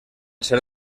ser